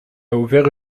ouvert